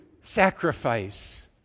sacrifice